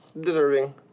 Deserving